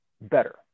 better